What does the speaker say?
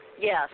Yes